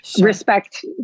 respect